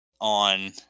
on